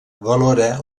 valora